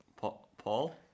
paul